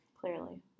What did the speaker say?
Clearly